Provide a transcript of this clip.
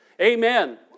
Amen